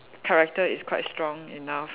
character is quite strong enough